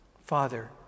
father